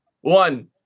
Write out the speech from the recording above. One